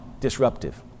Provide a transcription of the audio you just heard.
disruptive